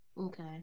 okay